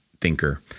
thinker